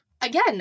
again